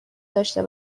داشته